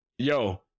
Yo